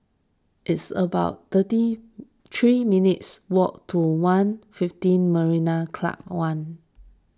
it's about thirty three minutes' walk to one fifteen Marina Club one